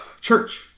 church